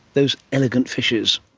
those elegant fishes?